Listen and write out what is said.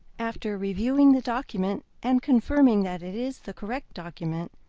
after reviewing the document and confirming that it is the correct document,